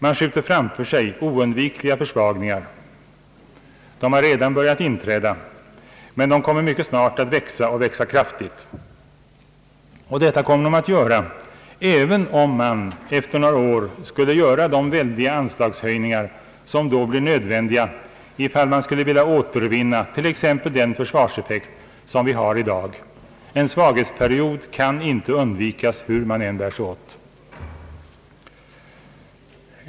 Man skjuter framför sig oundvikliga försvagningar, de har redan börjat inträda, men de kommer mycket snart att växa och växa kraftigt. Detta kommer de att göra även om man efter några år skulle göra de väldiga anslagshöjningar som då blir nödvändiga ifall man skulle vilja återvinna t.ex. den försvarseffekt som vi har i dag. En svaghetsperiod kan inte undvikas hur man än bär sig åt.